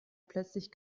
plötzlich